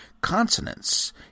Consonants